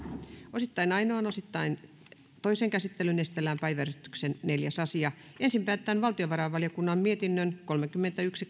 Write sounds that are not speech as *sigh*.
osittain ainoaan osittain toiseen käsittelyyn esitellään päiväjärjestyksen neljäs asia ensin päätetään valtiovarainvaliokunnan mietinnön kolmekymmentäyksi *unintelligible*